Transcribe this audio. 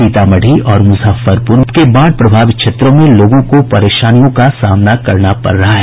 सीतामढ़ी और मुजफ्फरपुर के बाढ़ प्रभावित क्षेत्रों में लोगों को परेशानी का सामना करना पड़ रहा है